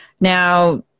Now